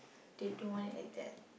they want act like that